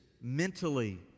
mentally